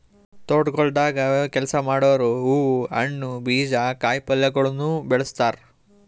ತೋಟಗೊಳ್ದಾಗ್ ಕೆಲಸ ಮಾಡೋರು ಹೂವು, ಹಣ್ಣು, ಬೀಜ, ಕಾಯಿ ಪಲ್ಯಗೊಳನು ಬೆಳಸ್ತಾರ್